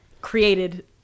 created